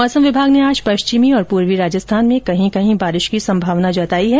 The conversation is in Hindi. मौसम विभाग ने आज पश्चिमी और पूर्वी राजस्थान में कहीं कहीं बारिश की संभावना जताई है